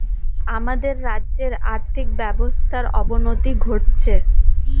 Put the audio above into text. আমাদের রাজ্যের আর্থিক ব্যবস্থার অবনতি ঘটছে